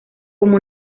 como